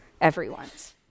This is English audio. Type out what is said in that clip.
everyone's